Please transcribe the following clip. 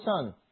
son